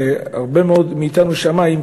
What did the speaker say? והרבה מאוד מאתנו שמעו,